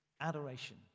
Adoration